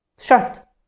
shut